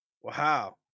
Wow